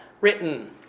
written